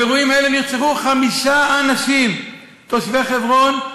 באירועים אלה נרצחו חמישה אנשים תושבי חברון,